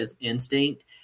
instinct